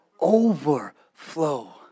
overflow